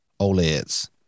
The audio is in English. OLEDs